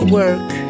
work